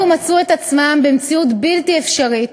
אלו מצאו את עצמם במציאות בלתי אפשרית,